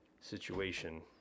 situation